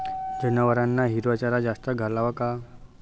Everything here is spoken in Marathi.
जनावरांना हिरवा चारा जास्त घालावा का?